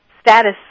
status